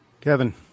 Kevin